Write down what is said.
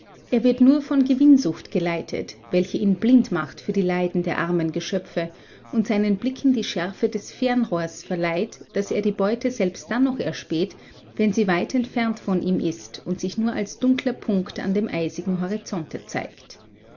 er wird nur von gewinnsucht geleitet welche ihn blind macht für die leiden der armen geschöpfe und seinen blicken die schärfe des fernrohrs verleiht daß er die beute selbst dann noch erspäht wenn sie weit entfernt von ihm ist und sich nur als dunkler punkt an dem eisigen horizonte zeigt